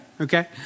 Okay